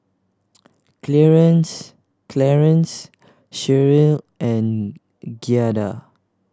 Clearence Cherryl and Giada